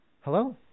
Hello